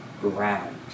ground